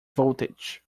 voltage